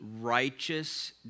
righteous